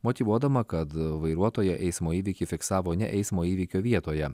motyvuodama kad vairuotoja eismo įvykį fiksavo ne eismo įvykio vietoje